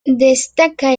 destaca